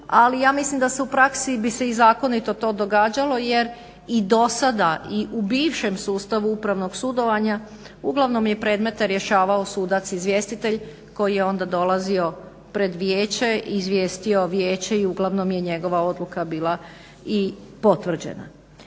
ali ja mislim da se u praksi bi se i zakonito to događalo jer i do sada i u bivšem sustavu upravnog sudovanja uglavnom je predmete rješavao sudac izvjestitelj koji je onda dolazio pred vijeće i izvijestio vijeće i uglavnom je njegova odluka bila i potvrđena.